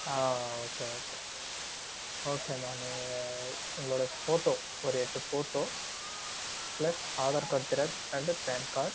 ஆ okay okay ஓகேம்மா நீங்கள் உங்களோட ஃபோட்டோ ஒரு எட்டு photo plus Aadhaar card xerox and PAN card